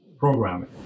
programming